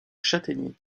châtaignier